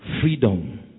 Freedom